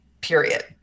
period